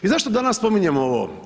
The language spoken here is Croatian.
I zašto danas spominjem ovo?